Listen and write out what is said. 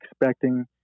expecting